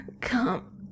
Come